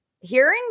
Hearing